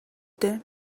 дээ